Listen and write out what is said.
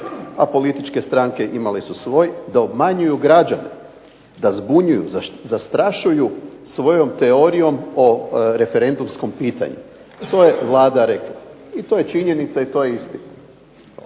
a političke stranke imale su svoj da obmanjuju građane, da zbunjuju, zastrašuju svojom teorijom o referendumskom pitanju. To je Vlada rekla i to je činjenica i to je istina.